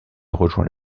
rejoint